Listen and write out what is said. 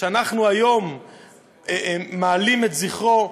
שאנחנו היום מעלים את זכרו,